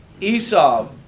Esau